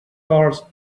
cars